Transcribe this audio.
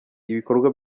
ibikorwa